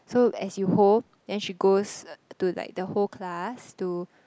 so as you hold then she goes to like the whole class to